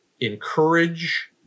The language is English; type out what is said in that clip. encourage